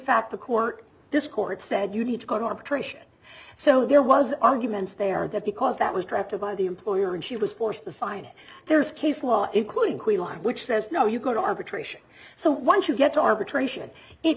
fact the court this court said you need to go to arbitration so there was arguments there that because that was drafted by the employer and she was forced to sign it there's case law including one which says no you go to arbitration so once you get to arbitration it